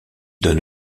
donne